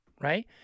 right